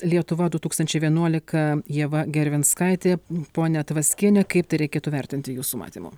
lietuva du tūkstančiai vienuolika ieva gervinskaitė pone tvaskiene kaip tai reikėtų vertinti jūsų matymu